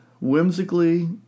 whimsically